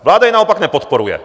Vláda je naopak nepodporuje.